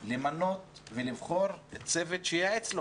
זכותו של השר למנות ולבחור צוות שייעץ לו.